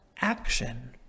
action